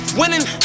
winning